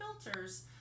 filters